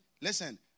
listen